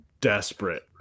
desperate